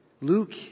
Luke